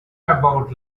about